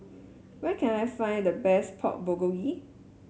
where can I find the best Pork Bulgogi